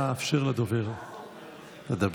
נא אפשר לדובר לדבר.